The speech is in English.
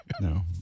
no